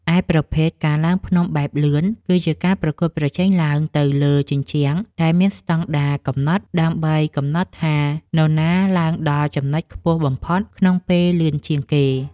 ឯប្រភេទ ការឡើងបែបល្បឿន គឺជាការប្រកួតប្រជែងឡើងទៅលើជញ្ជាំងដែលមានស្តង់ដារកំណត់ ដើម្បីកំណត់ថានរណាឡើងដល់ចំណុចខ្ពស់បំផុតក្នុងពេលលឿនជាងគេ។